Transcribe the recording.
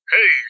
Hey